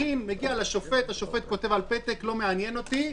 השופט כותב על פתק: לא מעניין אותי,